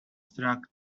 struck